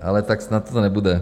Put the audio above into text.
Ale tak snad to nebude.